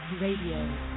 Radio